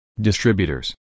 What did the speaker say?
distributors